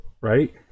Right